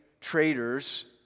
traders